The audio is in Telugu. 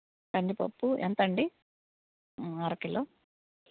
కందిపప్పు ఎంత అండి అరకిలో